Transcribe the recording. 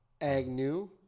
Agnew